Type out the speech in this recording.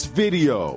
video